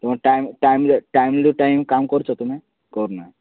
ତୁମ ଟାଇମ୍ ଟାଇମରେ time to time କାମ କରୁଛ ତୁମେ କରୁନ